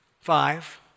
five